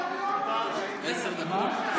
עשר דקות.